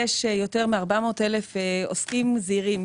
יש יותר מ-400,000 עוסקים זעירים,